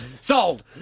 Sold